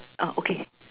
uh okay